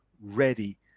ready